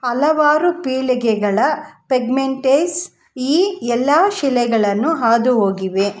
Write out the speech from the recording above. ಹಲವಾರು ಪೀಳಿಗೆಗಳ ಪೆಗ್ಮೆಂಟೇಸ್ ಈ ಎಲ್ಲ ಶಿಲೆಗಳನ್ನು ಹಾದುಹೋಗಿವೆ